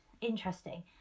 Interesting